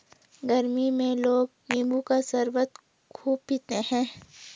गरमी में लोग नींबू का शरबत खूब पीते है